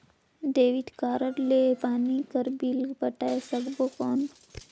Debit card ले पानी कर बिल पटाय सकबो कौन?